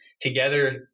together